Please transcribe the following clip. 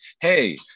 hey